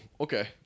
okay